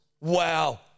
Wow